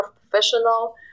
professional